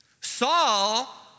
Saul